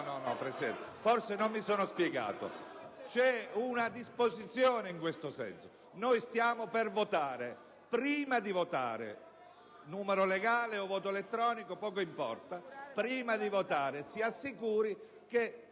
... LEGNINI *(PD)*. No. Forse non mi sono spiegato: c'è una disposizione in questo senso. Noi stiamo per votare; prima di votare, numero legale o voto elettronico, poco importa, si assicuri che